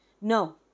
No